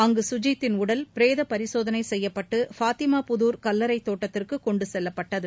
அங்கு கஜித்தின் உடல் பிரேத பரிசோதனை செய்யப்பட்டு ஃத்திமா புதூர் கல்லரை தோட்டத்திற்கு கொண்டு செல்லப்பட்டது